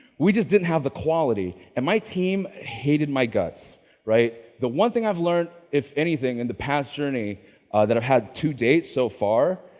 we just didn't have the quality, and my team hated my guts right. the one thing i've learned, if anything in and the past journey that i've had to date, so far,